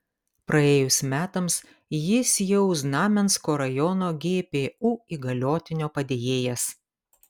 praėjus metams jis jau znamensko rajono gpu įgaliotinio padėjėjas